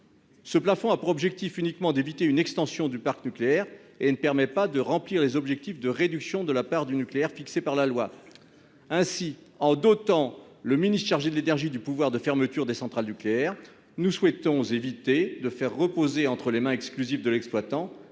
ce plafond a pour seul objectif d'éviter l'extension du parc nucléaire et ne permet pas de remplir les objectifs de réduction de la part du nucléaire fixé par la loi. Ainsi, en donnant au ministre chargé de l'énergie le pouvoir de fermer les centrales nucléaires, nous souhaitons éviter de faire reposer entre les mains exclusives de l'exploitant